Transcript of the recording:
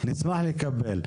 נשמח לקבל.